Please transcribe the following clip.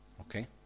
Okay